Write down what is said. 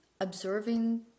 observing